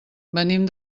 venim